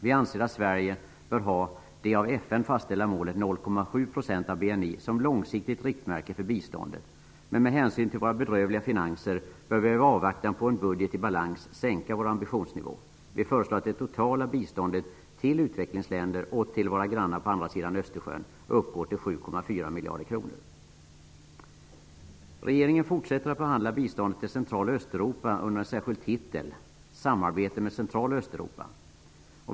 Vi anser att Sverige bör ha det av FN fastställda målet 0,7 % av BNI som långsiktigt riktmärke för biståndet, men med hänsyn till våra bedrövliga finanser bör vi i avvaktan på en budget i balans sänka vår ambitionsnivå. Vi föreslår att det totala biståndet till utvecklingsländerna och till våra grannar på andra sidan Östersjön skall uppgå till 7,4 miljarder kronor. Regeringen fortsätter att behandla biståndet till Samarbete med Central och Östeuropa.